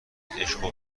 تجربه